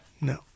No